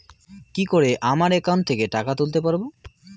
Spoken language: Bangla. কি করে আমার একাউন্ট থেকে টাকা তুলতে পারব?